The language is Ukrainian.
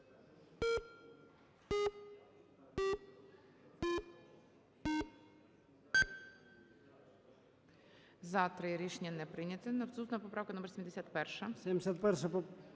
За-3 Рішення не прийнято. Наступна поправка номер 71.